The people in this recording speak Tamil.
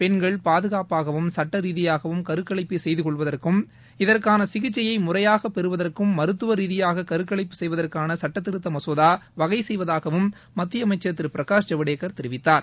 பெண்கள் பாதுகாப்பாகவும் சட்ட ரீதியாகவும் கருகலைப்பை செய்து கொள்வதற்கும் இதற்கான சிகிச்சையை முறையாக பெறுவதற்கும் மருத்துவ ரீதியாக கருகலைப்பு செய்வதற்கான சட்ட திருத்த மசோதா வகை செய்வதாகவும் மத்திய அமைச்சர் திரு பிரகாஷ் ஜவ்டேக்கர் தெரிவித்தார்